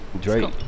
Drake